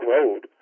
Road